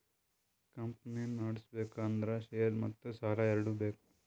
company ನಡುಸ್ಬೆಕ್ ಅಂದುರ್ share ಮತ್ತ ಸಾಲಾ ಎರಡು ಬೇಕ್